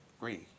agree